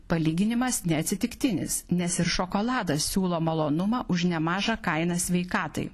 palyginimas neatsitiktinis nes ir šokoladas siūlo malonumą už nemažą kainą sveikatai